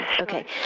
Okay